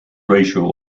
racial